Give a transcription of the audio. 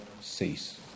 cease